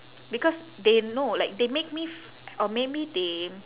because they know like they make me or maybe they